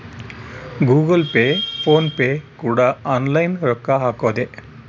Google pay PhonePe ಕೂಡ online ರೊಕ್ಕ ಹಕೊದೆ